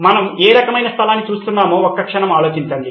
మనం ఏ రకమైన స్థలాన్ని చూస్తున్నామో ఒక్క క్షణం ఆలోచించండి